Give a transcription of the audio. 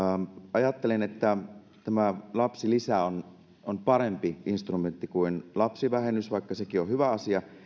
ajattelen että tämä lapsilisä on on parempi instrumentti kuin lapsivähennys vaikka sekin on hyvä asia